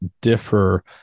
differ